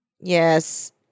Yes